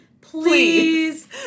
Please